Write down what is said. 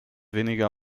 weniger